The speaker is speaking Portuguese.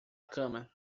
cama